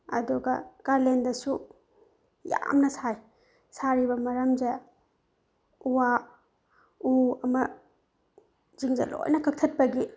ꯑꯗꯨꯒ ꯀꯥꯂꯦꯟꯗꯁꯨ ꯌꯥꯝꯅ ꯁꯥꯏ ꯁꯥꯔꯤꯕ ꯃꯔꯝꯁꯦ ꯎ ꯋꯥ ꯎ ꯑꯃ ꯁꯤꯡꯁꯦ ꯂꯣꯏꯅ ꯀꯛꯊꯠꯄꯗꯒꯤ